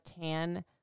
tan –